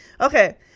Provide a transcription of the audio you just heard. Okay